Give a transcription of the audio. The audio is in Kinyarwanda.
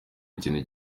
ikintu